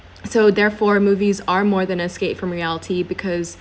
so therefore movies are more than escape from reality because